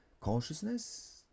consciousness